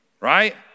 Right